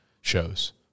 shows